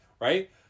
right